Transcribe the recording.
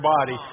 body